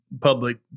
public